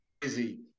crazy